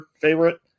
favorite